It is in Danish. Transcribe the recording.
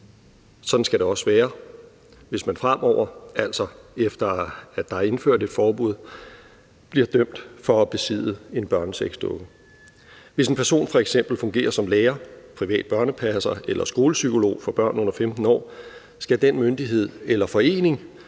sådan skal det også være, hvis man fremover, altså efter at der er indført et forbud, bliver dømt for at besidde en børnesexdukke. Hvis en person f.eks. fungerer som lærer, privat børnepasser eller børnepsykolog for børn under 15 år, skal den myndighed eller forening,